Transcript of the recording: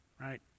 right